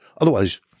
otherwise